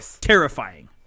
terrifying